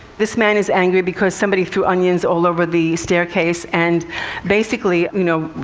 this man is angry because somebody threw onions all over the staircase, and basically you know,